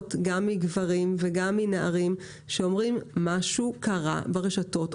גם גברים וגם מנערים שאומרים: משהו קרה ברשתות האופנה,